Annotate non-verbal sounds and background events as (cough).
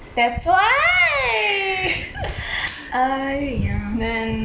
(laughs) !aiya!